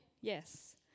Yes